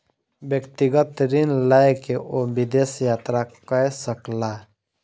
व्यक्तिगत ऋण लय के ओ विदेश यात्रा कय सकला